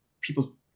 people